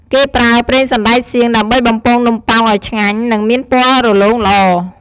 គេប្រើ ប្រេងសណ្ដែកសៀង ដើម្បីបំពងនំប៉ោងឱ្យឆ្ងាញ់ និងមានពណ៌រលោងល្អ។